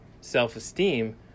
self-esteem